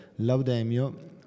Laudemio